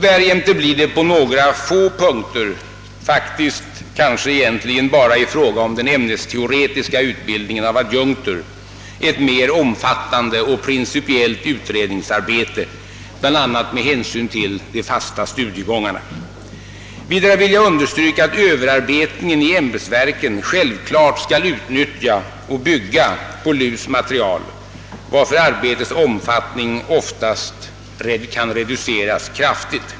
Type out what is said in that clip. Därjämte blir det på några få punkter, faktiskt egentligen bara i fråga om den ämnesteoretiska utbildningen av adjunkter, ett mer omfattande och principiellt utredningsarbete, bl.a. med hänsyn till de fasta studiegångarna. Vidare vill jag understryka att överarbetningen i ämbetsverken givetvis skall utnyttja — och bygga på — LUS” material, varför arbetets omfattning oftast kan reduceras kraftigt.